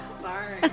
Sorry